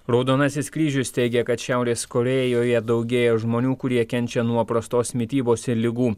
raudonasis kryžius teigia kad šiaurės korėjoje daugėja žmonių kurie kenčia nuo prastos mitybos ir ligų